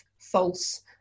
false